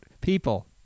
people